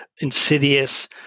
insidious